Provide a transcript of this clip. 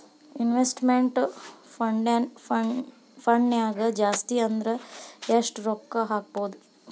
Investment ಫಂಡ್ನ್ಯಾಗ ಜಾಸ್ತಿ ಅಂದ್ರ ಯೆಷ್ಟ್ ರೊಕ್ಕಾ ಹಾಕ್ಬೋದ್?